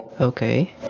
okay